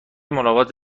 ملاقات